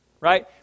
right